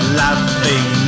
laughing